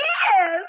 Yes